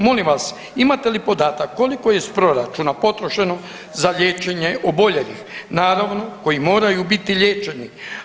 Molim vas, imate li podatak koliko je iz proračuna potrošeno za liječenje oboljelih, naravno koji moraju biti liječeni?